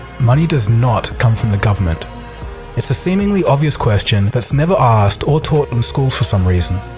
money does not come from the government it's a seemingly obvious question that's never asked or taught in schools for some reason.